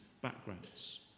backgrounds